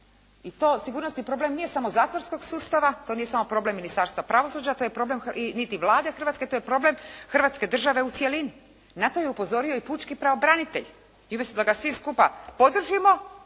i to sigurnosni problem nije samo zatvorskog sustava, to nije samo problem Ministarstva pravosuđa, i niti Vlade, to je problem Hrvatske države u cjelini. Na to je upozorio i pučki pravobranitelj i umjesto da ga svi skupa podržimo,